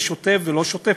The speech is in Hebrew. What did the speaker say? ושוטף ולא שוטף,